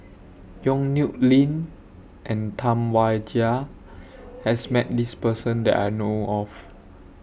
Yong Nyuk Lin and Tam Wai Jia has Met This Person that I know of